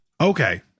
Okay